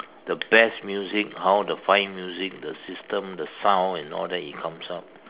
the best music how the fine music the system the sound and all that it comes out